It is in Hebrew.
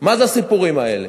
מה זה הסיפורים האלה?